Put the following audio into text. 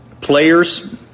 players